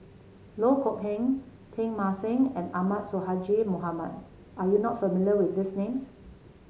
Loh Kok Heng Teng Mah Seng and Ahmad Sonhadji Mohamad are you not familiar with these names